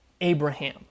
Abraham